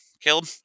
Caleb